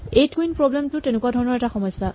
eight queen problem টো তেনেকুৱা ধৰণৰ এটা সমস্যা